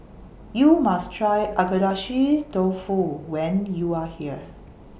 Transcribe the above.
YOU must Try Agedashi Dofu when YOU Are here